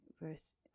verse